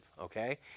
okay